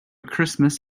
christmas